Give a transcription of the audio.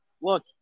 look